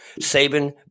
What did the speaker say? Saban